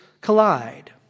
collide